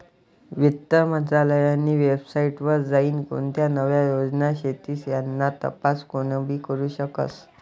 वित्त मंत्रालयनी वेबसाईट वर जाईन कोणत्या नव्या योजना शेतीस याना तपास कोनीबी करु शकस